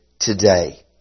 Today